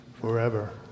forever